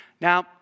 Now